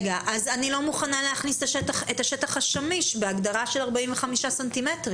אני לא מוכנה להכניס את השטח השמיש בהגדרה של 45 סנטימטרים.